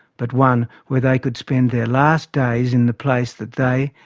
but one where they could spend their last days in the place that they,